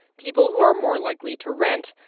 people who are more likely to rent,